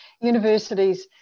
universities